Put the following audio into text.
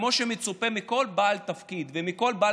שכמו שמצופה מכל בעל תפקיד ומכל בעל